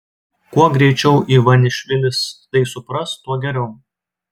kuo greičiau ivanišvilis tai supras tuo geriau